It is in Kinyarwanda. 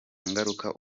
ngaruka